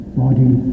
body